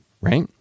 right